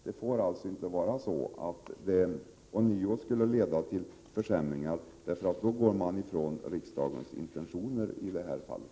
Det får alltså inte vara så att det ånyo skulle leda till försämringar, för då går man ifrån riksdagens intentioner i det här fallet.